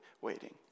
waiting